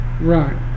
Right